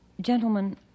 Gentlemen